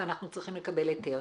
ואנחנו צריכים לקבל היתר.